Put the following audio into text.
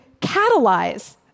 catalyze